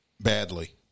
badly